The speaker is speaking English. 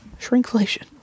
Shrinkflation